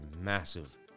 massive